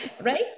right